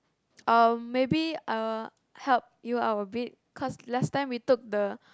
um maybe I'll help you out a bit cause last time we took the